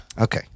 Okay